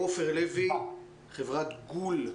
עופר לוי מחברת גול,